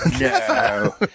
No